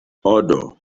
odor